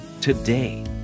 today